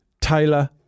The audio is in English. Taylor